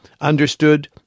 understood